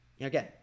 Again